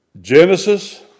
Genesis